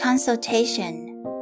Consultation